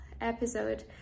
episode